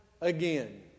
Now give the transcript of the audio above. again